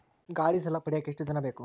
ಗಾಡೇ ಸಾಲ ಪಡಿಯಾಕ ಎಷ್ಟು ದಿನ ಬೇಕು?